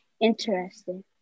interesting